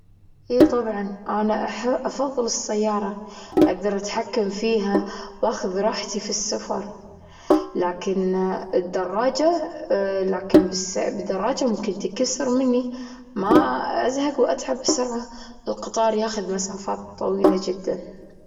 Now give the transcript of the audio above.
إي طبعًا، أنا أفظل السيارة أجدر أتحكم فيها وأخذ راحتي في السفر، لكن الدراجة لكن بس بدراجة ممكن تكسر مني ما أزهق وأتعب بسرعة القطار ياخذ مسافات طويلة جدا.